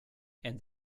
and